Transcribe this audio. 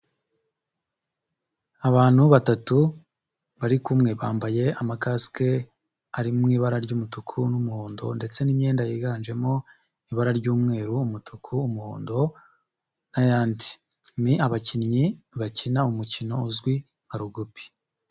Abantu batatu, bari kumwe bambaye amakasike ari mu ibara ry'umutuku n'umuhondo ndetse n'imyenda yiganjemo ibara ry'umweru, umutuku, umuhondo n'ayandi. Ni abakinnyi bakina umukino uzwi nka Rugby.